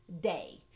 day